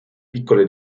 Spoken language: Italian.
piccole